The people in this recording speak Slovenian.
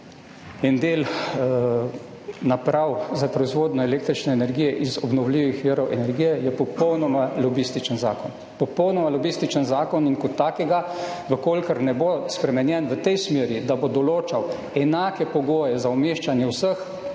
en del naprav za proizvodnjo električne energije iz obnovljivih virov energije, je popolnoma lobističen zakon in kot takega, če ne bo spremenjen v tej smeri, da bo določal enake pogoje za umeščanje vseh